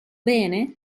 bene